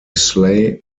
slay